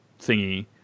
thingy